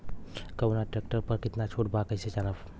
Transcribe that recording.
कवना ट्रेक्टर पर कितना छूट बा कैसे जानब?